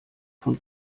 von